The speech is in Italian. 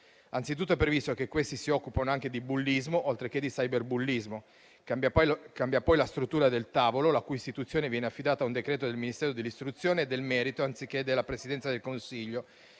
Anzitutto è previsto che questi si occupino anche di bullismo, oltre che di cyberbullismo. Cambia poi la struttura del tavolo, la cui istituzione viene affidata a un decreto del Ministero dell'istruzione e del merito, anziché della Presidenza del Consiglio,